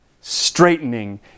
straightening